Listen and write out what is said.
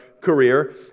career